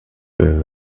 very